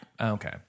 Okay